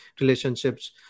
relationships